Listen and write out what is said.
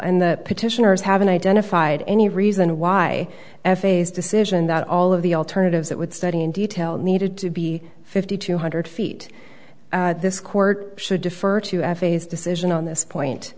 and the petitioners haven't identified any reason why f a's decision that all of the alternatives that would study in detail needed to be fifty two hundred feet this court should defer to f a's decision on this point